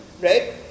Right